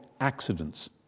accidents